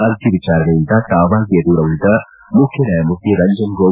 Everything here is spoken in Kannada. ಅರ್ಜಿ ವಿಚಾರಣೆಯಿಂದ ತಾವಾಗಿಯೇ ದೂರ ಉಳಿದ ಮುಖ್ಯ ನ್ಗಾಯಮೂರ್ತಿ ರಂಜನ್ ಗೊಗೋಯ್